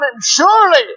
Surely